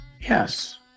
Yes